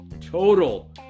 total